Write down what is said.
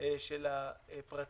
של הפרטים.